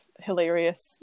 hilarious